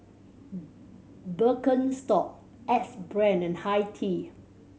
Birkenstock Axe Brand and Hi Tea